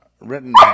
written